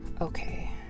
okay